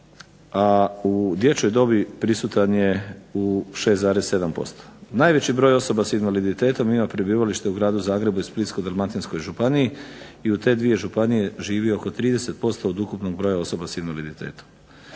a u dječjoj dobi prisutan je u 6,7%. Najveći broj osoba sa invaliditetom ima prebivalište u Gradu Zagrebu i Splitsko-dalmatinskoj županiji i u te dvije županije živi oko 30% od ukupnog broja osoba sa invaliditetom.